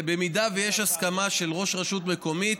במידה שיש הסכמה של ראש רשות מקומית,